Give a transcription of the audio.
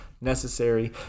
necessary